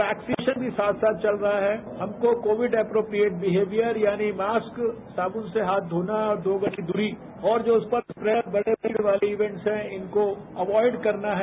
vaccination साथ साथ चल रहा है हमको कोविड एप्रोप्रियेट बिहेवियर यानी मास्क साबुन से हाथ धोना है और दो गज की दूरी और जो बड़े बड़े भीड़ वाले इवेंट्स हैं इनको अवॉयड करना है